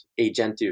agentive